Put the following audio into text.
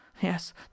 yes